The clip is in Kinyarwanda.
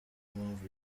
mpamvu